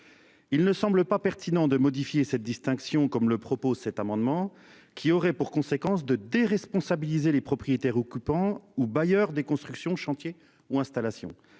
Il ne semble pas pertinent de modifier cette distinction comme le propose cet amendement qui aurait pour conséquence de déresponsabiliser les propriétaires occupants ou bailleurs des constructions chantier ou installation